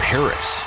Paris